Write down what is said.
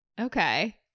Okay